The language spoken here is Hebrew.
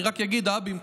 אני רק אגיד שהאבים,